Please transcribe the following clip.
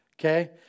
Okay